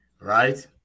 right